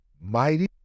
mighty